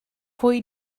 pwy